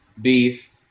beef